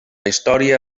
història